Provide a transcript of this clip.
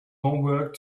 homework